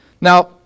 now